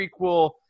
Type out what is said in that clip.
prequel